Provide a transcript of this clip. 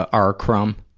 ah, r. crumb?